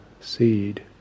seed